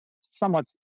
somewhat